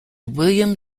william